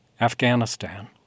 Afghanistan